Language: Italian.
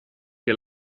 che